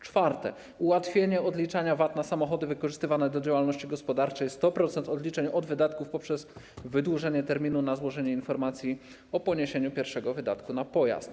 Czwarte, ułatwienie odliczania VAT na samochody wykorzystywane w działalności gospodarczej, 100% odliczeń od wydatków poprzez wydłużenie terminu na złożenie informacji o poniesieniu pierwszego wydatku na pojazd.